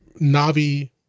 Navi